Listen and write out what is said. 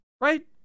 right